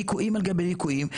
ליקויים על גבי ליקויים,